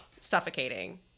suffocating